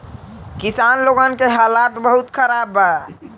किसान लोगन के हालात बहुत खराब बा